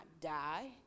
die